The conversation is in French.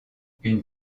une